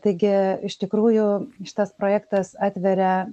taigi iš tikrųjų šitas projektas atveria